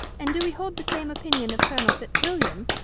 and do we hold the same opinion of colonel fitzwilliam?